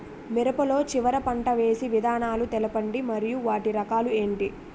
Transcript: మిరప లో చివర పంట వేసి విధానాలను తెలపండి మరియు వాటి రకాలు ఏంటి